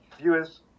viewers